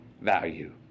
value